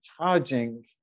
charging